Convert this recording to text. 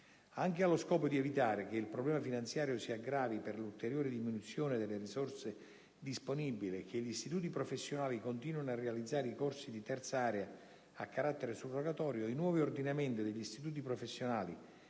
Anche allo scopo di evitare che il problema finanziario si aggravi per l'ulteriore diminuzione delle risorse disponibili e che gli istituti professionali continuino a realizzare i corsi di terza area a carattere surrogatorio, i nuovi ordinamenti degli istituti professionali,